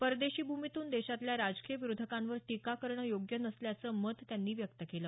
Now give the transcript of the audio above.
परदेशी भूमीतून देशातल्या राजकीय विरोधकांवर टीका करणं योग्य नसल्याचं मत त्यांनी व्यक्त केलं